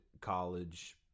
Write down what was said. college